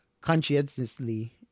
conscientiously